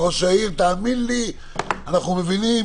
ראש העיר, תאמין לי, אנחנו מבינים.